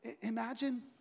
Imagine